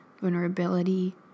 vulnerability